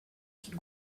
que